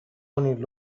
only